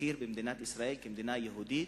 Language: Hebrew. להכיר במדינת ישראל כמדינה יהודית,